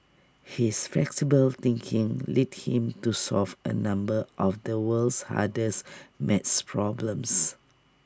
his flexible thinking led him to solve A number of the world's hardest math problems